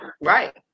right